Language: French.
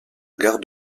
gare